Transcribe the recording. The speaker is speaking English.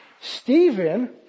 Stephen